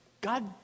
God